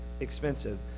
expensive